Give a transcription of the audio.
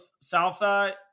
Southside